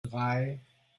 drei